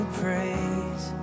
praise